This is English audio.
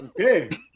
Okay